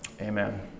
Amen